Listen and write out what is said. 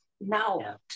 now